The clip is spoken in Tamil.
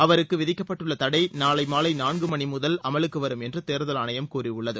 அவருக்கு விதிக்கப்பட்டுள்ள தடை நாளை மாலை நான்கு மணி முதல் அமலுக்கு வரும் என்று தேர்தல் ஆணையம் கூறியுள்ளது